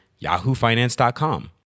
yahoofinance.com